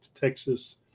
Texas